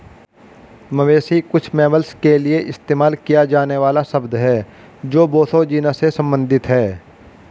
मवेशी कुछ मैमल्स के लिए इस्तेमाल किया जाने वाला शब्द है जो बोसो जीनस से संबंधित हैं